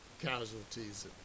casualties